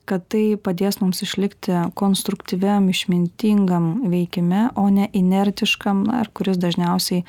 kad tai padės mums išlikti konstruktyviam išmintingam veikime o ne inertiškam ar kuris dažniausiai